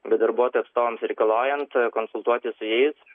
bet darbuotojų atstovams reikalaujant konsultuotis su jais